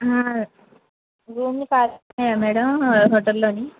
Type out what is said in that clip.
ఆ రూమ్లు ఖాళీగా ఉన్నాయా మేడం హోటల్లోని